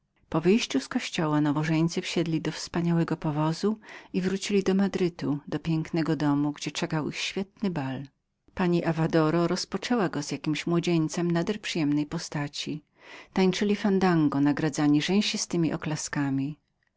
ołtarza wychodząc z kościoła nowożeńcy wsiedli do wspaniałego powozu i wrócili do madrytu do pięknego domu gdzie czekał ich świetny bal pani avadoro rozpoczęła go z jakimś młodzieńcem nader przyjemnej postaci tańczyli fandango z powszechnem zadowoleniem obecnych i rzęsistemi oklaskami